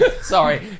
Sorry